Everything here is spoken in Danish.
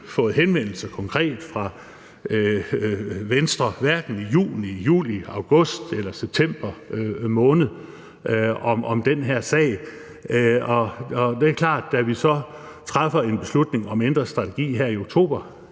fået henvendelser konkret fra Venstre, hverken i juni, juli, august eller september måned om den her sag. Og det er klart, at da vi så traf en beslutning om at ændre strategi her i oktober,